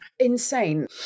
Insane